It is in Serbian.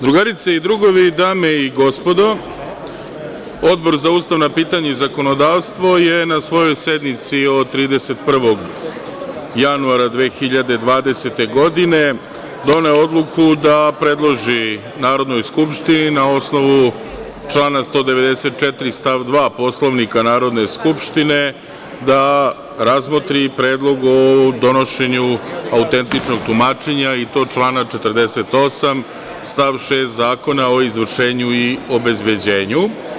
Drugarice i drugovi, dame i gospodo, Odbor za ustavna pitanja i zakonodavstvo je na svojoj sednici od 31. januara 2020. godine doneo odluku da predloži Narodnoj skupštini, na osnovu člana 194. stav 2. Poslovnika Narodne skupštine, da razmotri predlog o donošenju autentičnog tumačenja, i to član 48. stav 6. Zakona o izvršenju i obezbeđenju.